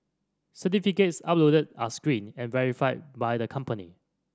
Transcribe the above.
certificates uploaded are screened and verified by the company